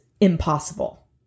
impossible